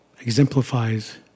exemplifies